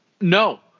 No